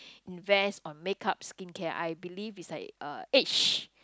invest on make-up skincare I believe it's like uh age